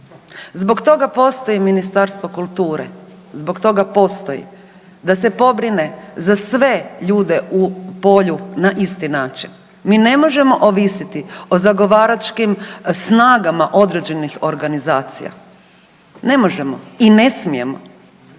Zbog toga postoji Ministarstvo kulture, zbog toga postoji da se pobrine za sve ljude u polju na isti način. Mi ne možemo ovisiti o zagovaračkim snagama određenih organizacija, ne možemo i ne smijemo.